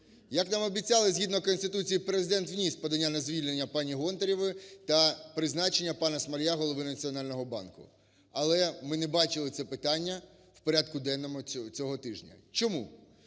Як нам обіцяли, згідно Конституції Президент вніс подання на звільнення пані Гонтаревої та призначення пана Смолія Головою Національного банку. Але ми не бачили це питання в порядку денному цього тижня. Чому?